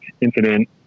incident